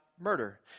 murder